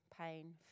pain